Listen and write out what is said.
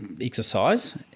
exercise